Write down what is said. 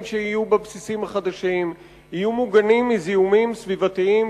שיהיו בבסיסים החדשים יהיו מוגנים מזיהומים סביבתיים,